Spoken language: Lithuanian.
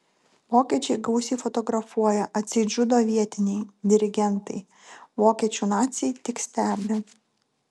vokiečiai gausiai fotografuoja atseit žudo vietiniai dirigentai vokiečių naciai tik stebi